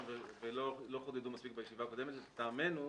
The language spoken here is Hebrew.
ולא חודדו מספיק בישיבה הקודמת לטעמנו,